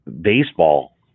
baseball